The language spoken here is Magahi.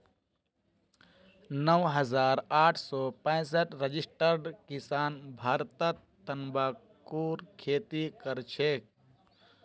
नौ हजार आठ सौ पैंसठ रजिस्टर्ड किसान भारतत तंबाकूर खेती करछेक